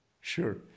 Sure